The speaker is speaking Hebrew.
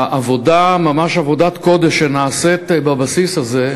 העבודה, ממש עבודת קודש, שנעשית בבסיס הזה,